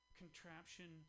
contraption